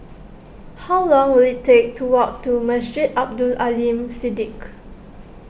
how long will it take to walk to Masjid Abdul Aleem Siddique